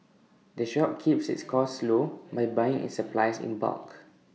the shop keeps its costs low by buying its supplies in bulk